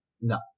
No